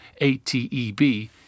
ATEB